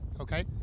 Okay